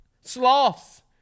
Sloths